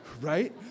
Right